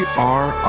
are.